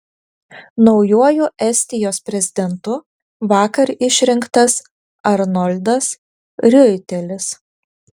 naujuoju estijos prezidentu vakar išrinktas arnoldas riuitelis